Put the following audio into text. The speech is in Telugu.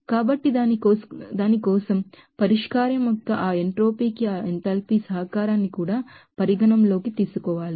కాబట్టి దాని కోసం పరిష్కారం యొక్క ఆ ఎంట్రోపీకి ఆ ఎంథాల్పీ సహకారాన్ని కూడా పరిగణనలోకి తీసుకోవాలి